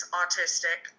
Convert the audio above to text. autistic